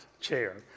chair